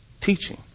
teaching